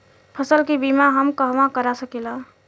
फसल के बिमा हम कहवा करा सकीला?